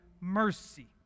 mercy